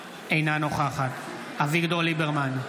אינה נוכחת אביגדור ליברמן,